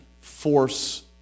force